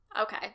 Okay